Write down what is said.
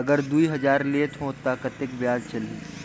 अगर दुई हजार लेत हो ता कतेक ब्याज चलही?